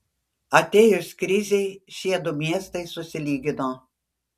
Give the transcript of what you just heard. atėjus krizei šie du miestai susilygino